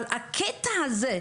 אבל הקטע הזה,